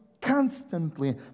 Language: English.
constantly